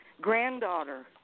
granddaughter